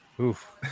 Oof